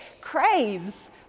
craves